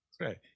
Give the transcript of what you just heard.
Right